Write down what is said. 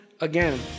again